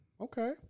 okay